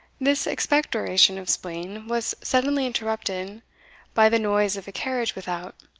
this expectoration of spleen was suddenly interrupted by the noise of a carriage without,